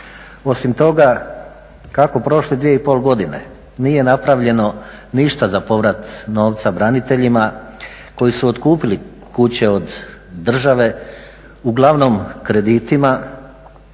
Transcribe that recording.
Osim toga kako prošle 2,5 godine nije napravljeno ništa za povrat novca braniteljima koji su otkupili kuće od države uglavnom kreditima